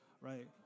right